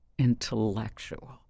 intellectual